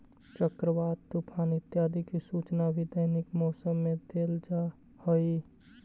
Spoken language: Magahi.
चक्रवात, तूफान इत्यादि की सूचना भी दैनिक मौसम में देल जा हई